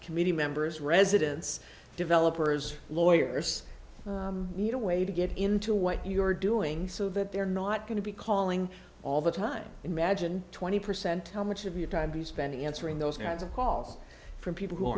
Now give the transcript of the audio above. committee members residents developers lawyers need a way to get into what you're doing so that they're not going to be calling all the time imagine twenty percent how much of your time to spending answering those kinds of calls from people who